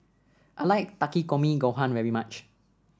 I like Takikomi Gohan very much